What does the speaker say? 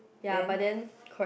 ya but then correct